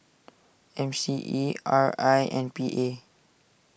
M C E R I and P A